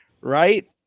Right